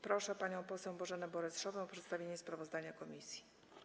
Proszę panią poseł Bożenę Borys-Szopę o przedstawienie sprawozdania komisji.